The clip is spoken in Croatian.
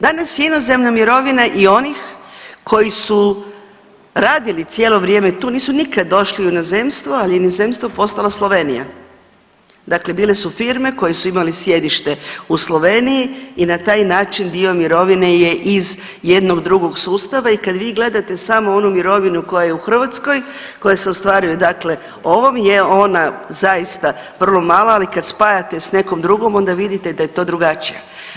Danas je inozemna mirovina i onih koji su radili cijelo vrijeme tu, nisu nikad došli u inozemstvo, ali inozemstvo je postala Slovenija, dakle bile su firme koje su imali sjedište u Sloveniji i na taj način dio mirovine je iz jednog drugog sustava i kad vi gledate samo onu mirovinu koja je u Hrvatskoj, koja se ostvaruje dakle ovom je ona zaista vrlo mala, ali kad spajate s nekom drugom onda vidite da je to drugačija.